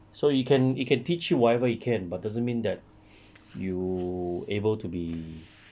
so you can you can teach you whatever you can but doesn't mean that you able to be